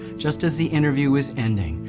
just as the interview was ending,